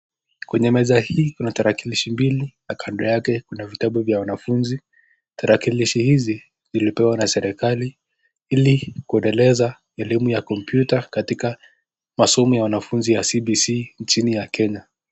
Kwenye meza hii kuna tarakilishi mbili na kando yake kuna vitabu vya wanafunzi , tarakilishi hizi zilipewa na serikali ili kuendeleza elimu ya (cs) computer (cs) katika masomo ya wanafunzi ya CBC nchini ya Kenya.